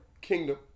kingdom